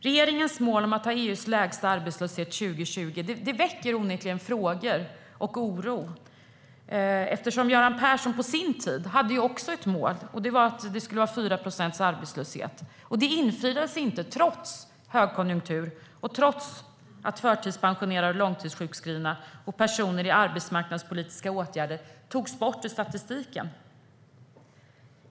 Regeringens mål om att ha EU:s lägsta arbetslöshet 2020 väcker onekligen frågor och oro. Göran Persson hade ju också ett mål på sin tid, och det var en arbetslöshet på 4 procent. Det infriades inte, trots högkonjunktur och trots att förtidspensionerade, långtidssjukskrivna och personer i arbetsmarknadspolitiska åtgärder togs bort ur statistiken.